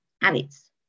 habits